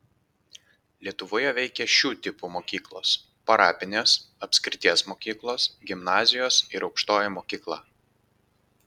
lietuvoje veikė šių tipų mokyklos parapinės apskrities mokyklos gimnazijos ir aukštoji mokykla